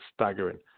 staggering